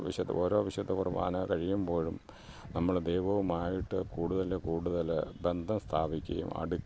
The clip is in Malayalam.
വിശുദ്ധ ഓരോ വിശുദ്ധ കുർബാന കഴിയുമ്പോഴും നമ്മൾ ദൈവവുമായിട്ട് കൂടുതൽ കൂടുതൽ ബന്ധം സ്ഥാപിക്കുകയും അടുക്കുകയും